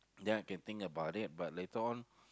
ya I can think about it but later on